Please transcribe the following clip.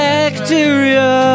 Bacteria